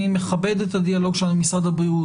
אני מכבד את הדיאלוג שלנו עם משרד הבריאות,